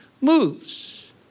moves